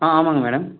ஆ ஆமாங்க மேடம்